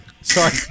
Sorry